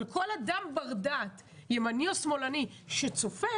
אבל כל אדם בר דעת, ימני או שמאלני, שצופה